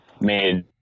made